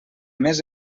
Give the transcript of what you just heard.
més